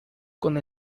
con